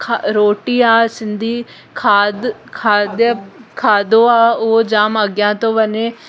खा रोटी आहे सिंधी खाद खाद्य खाधो आहे उहो जाम अॻियां थो वञे